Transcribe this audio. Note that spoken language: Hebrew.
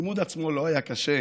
הלימוד עצמו לא היה קשה,